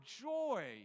joy